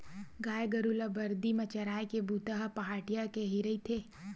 गाय गरु ल बरदी म चराए के बूता ह पहाटिया के ही रहिथे